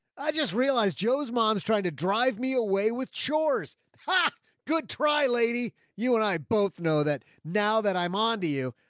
i just realized joe's, mom's trying to drive me away with chores. ha good try lady. you and i both know that now that i'm onto you.